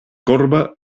corba